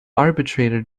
arbitrator